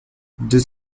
deux